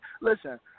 Listen